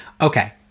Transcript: Okay